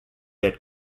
had